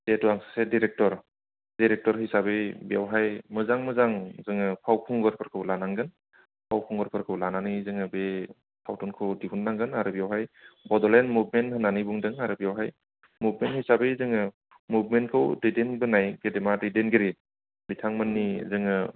जिहेथु आं सासे डिरेक्ट'र डिरेक्टर हिसाबै बेयावहाय मोजां मोजां जोङो फावखुंगुरफोरखौ लानांगोन फावखुंगुरफोरखौ लानानै जोङो बे सावथुनखौ दिहुन नांगोन आरो बेयावहाय बड'लेण्ड मुभमेन्ट होननानै बुंदों आरो बेयावहाय मुभमेन्ट हिसाबै जोङो मुभमेन्टखौ दैदेनबोनाय गेदेमा दैदेनगिरि बिथांमोननि जोङो